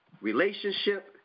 relationship